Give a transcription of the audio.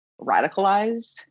radicalized